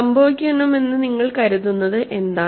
സംഭവിക്കണമെന്ന് നിങ്ങൾ കരുതുന്നത് എന്താണ്